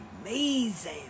amazing